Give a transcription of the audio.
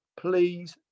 please